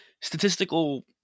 statistical